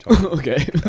okay